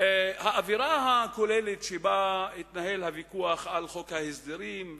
האווירה הכוללת שבה התנהל הוויכוח על חוק ההסדרים,